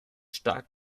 stark